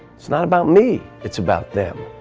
it's not about me. it's about them.